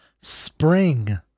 Spring